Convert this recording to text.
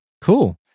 cool